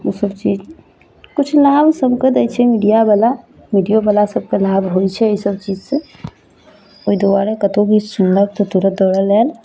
ओसब चीज किछु लाभ सबके दै छै मीडियावला मिडियोवला सबके लाभ होइ छै अइसब चीजसँ ओइ दुआरे कतहु भी सुनलक तऽ तुरत दौड़ल आयल